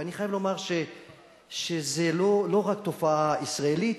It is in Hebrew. ואני חייב לומר שזו לא רק תופעה ישראלית,